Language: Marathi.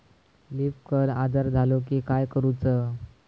लीफ कर्ल आजार झालो की काय करूच?